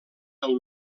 del